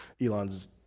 Elon's